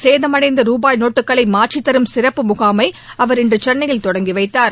சேதமடைந்த ரூபாய் நோட்டுக்களை மாற்றித்தரும் சிறப்பு முகாமை அவர் இன்று சென்னையில் தொடங்கி வைத்தார்